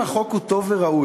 אם החוק הוא טוב וראוי,